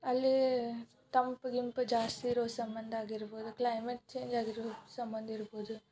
ಅಲ್ಲಿ ತಂಪು ಗಿಂಪು ಜಾಸ್ತಿ ಇರೋ ಸಂಬಂಧ ಆಗಿರ್ಬೋದು ಕ್ಲೈಮೇಟ್ ಚೇಂಜ್ ಆಗಿರೋ ಸಂಬಂಧ ಇರ್ಬೋದು